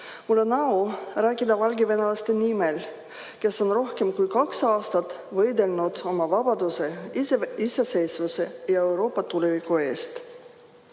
Mul on au rääkida valgevenelaste nimel, kes on rohkem kui kaks aastat võidelnud oma vabaduse, iseseisvuse ja Euroopa tuleviku eest. Iga